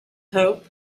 hope